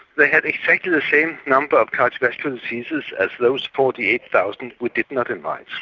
they had exactly the same number of cardiovascular diseases as those forty eight thousand we did not invite.